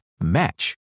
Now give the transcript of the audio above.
match